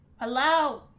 Hello